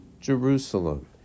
Jerusalem